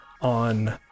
on